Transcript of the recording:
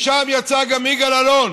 משם יצא גם יגאל אלון,